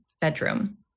bedroom